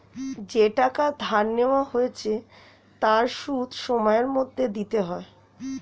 যেই টাকা ধার নেওয়া হয়েছে তার সুদ সময়ের মধ্যে দিতে হয়